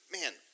man